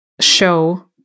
show